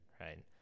right